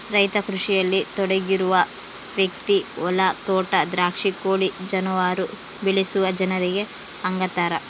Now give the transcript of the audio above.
ರೈತ ಕೃಷಿಯಲ್ಲಿ ತೊಡಗಿರುವ ವ್ಯಕ್ತಿ ಹೊಲ ತೋಟ ದ್ರಾಕ್ಷಿ ಕೋಳಿ ಜಾನುವಾರು ಬೆಳೆಸುವ ಜನರಿಗೆ ಹಂಗಂತಾರ